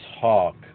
talk